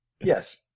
Yes